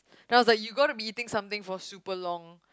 then I was like you gotta be eating something for super long